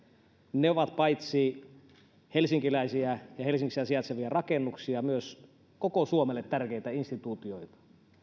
ne ovat paitsi helsinkiläisiä ja helsingissä sijaitsevia rakennuksia myös koko suomelle tärkeitä instituutioita